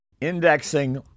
Indexing